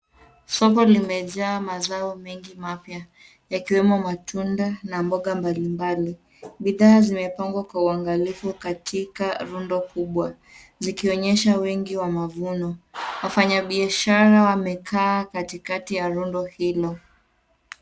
Soko limejaa mazao mengi mapya yakiwemo matunda na mboga mbalimbali. Bidhaa zimepangwa kwa uangalifu katika rundo kubwa zikionyesha wingi wa mavuno. Wafanya biashara wamekaa katikati ya rundo hilo.